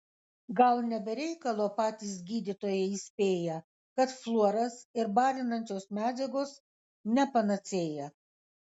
gal ne be reikalo patys gydytojai įspėja kad fluoras ir balinančios medžiagos ne panacėja